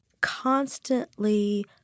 constantly